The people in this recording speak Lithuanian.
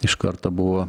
iš karto buvo